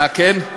אה, כן?